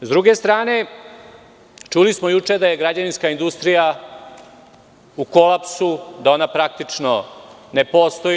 Sa druge strane, čuli smo juče da je građevinska industrija u kolapsu, da ona praktično ne postoji.